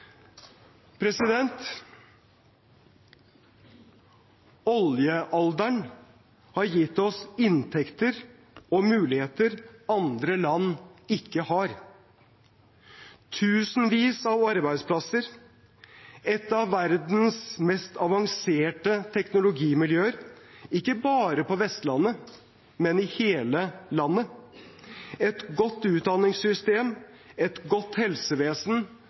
Oljealderen har gitt oss inntekter og muligheter andre land ikke har: tusenvis av arbeidsplasser et av verdens mest avanserte teknologimiljøer – ikke bare på Vestlandet, men i hele landet et godt utdanningssystem et godt helsevesen